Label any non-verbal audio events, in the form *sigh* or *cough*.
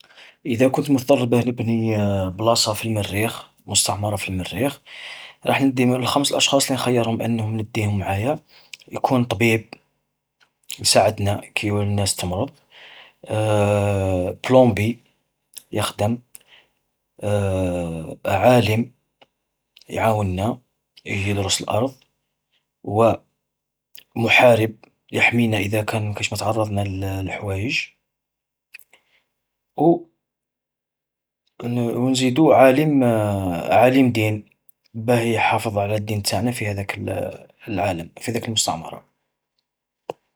إذا كنت مضطر باه نبني بلاصا في المريخ مستعمرة في المريخ، راه ندي من الخمس أشخاص اللي نديهم معايا، يكون طبيب يساعدنا كي الناس تمرض. *hesitation* بلونبي يخدم، *hesitation* عالم يعاوننا يدرس الأرض، و محارب يحمينا إذا كان كاش ماتعرضنا *hesitation* للحواج. و *hesitation* ونزيدو *hesitation* عالم دين باه يحافظ على الدين تاعنا في هذيك العالم في هذيك المستعمرة.